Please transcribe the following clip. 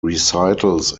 recitals